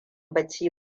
bacci